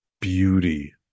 beauty